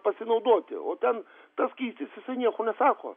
pasinaudoti o ten tas skytis jisai nieko nesako